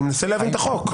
אני מנסה להבין את החוק.